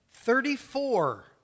Thirty-four